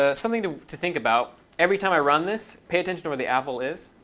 ah something to to think about every time i run this, pay attention to where the apple is.